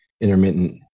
intermittent